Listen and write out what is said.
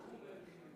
תכנון המחירים,